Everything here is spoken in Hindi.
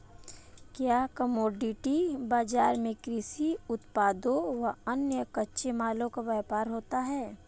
क्या कमोडिटी बाजार में कृषि उत्पादों व अन्य कच्चे मालों का व्यापार होता है?